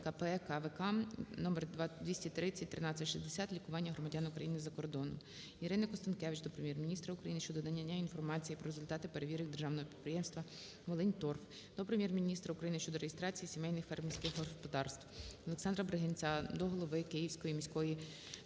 КПКВК № 2301360 "Лікування громадян України за кордоном". ІриниКонстанкевич до Прем'єр-міністра України щодо надання інформації про результати перевірок державного підприємства "Волиньторф". ІриниКонстанкевич до Прем'єр-міністра України щодо реєстрації сімейних фермерських господарств. ОлександраБригинця до голови Київської міської